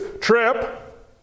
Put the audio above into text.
Trip